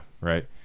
Right